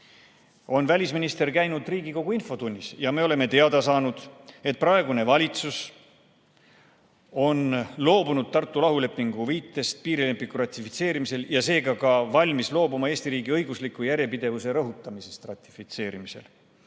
on välisminister käinud Riigikogu infotunnis. Me oleme teada saanud, et praegune valitsus on loobunud viitest Tartu rahulepingule piirilepingu ratifitseerimisel ja seega valmis loobuma ka Eesti riigi õigusliku järjepidevuse rõhutamisest ratifitseerimisel